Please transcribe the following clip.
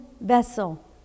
vessel